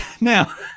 Now